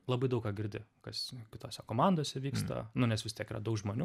labai daug ką girdi kas kitose komandose vyksta nu nes vis tiek yra daug žmonių